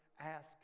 ask